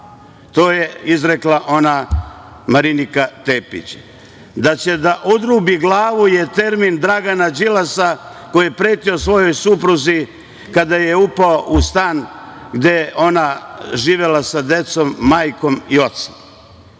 To je izrekla ona Marinika Tepić. Da će da odrubi glavu je termin Dragana Đilasa koji je pretio svojoj supruzi kada je upao u stan gde je ona živela sa decom, majkom i ocem.